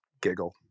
giggle